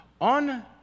on